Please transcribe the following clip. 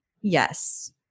Yes